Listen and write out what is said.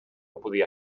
podia